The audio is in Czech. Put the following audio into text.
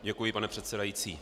Děkuji, pane předsedající.